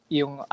yung